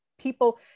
people